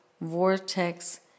vortex